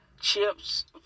chips